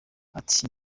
ati